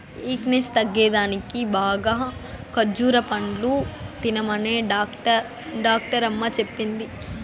weakness తగ్గేదానికి బాగా ఖజ్జూర పండ్లు తినమనే డాక్టరమ్మ చెప్పింది